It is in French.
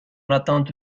attente